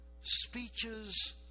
speeches